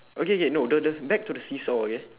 okay K no the the back to the seesaw again